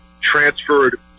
transferred